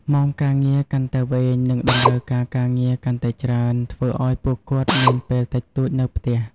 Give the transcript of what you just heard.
ម៉ោងការងារកាន់តែវែង និងតម្រូវការការងារកាន់តែច្រើន ធ្វើឲ្យពួកគាត់មានពេលតិចតួចនៅផ្ទះ។